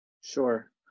Sure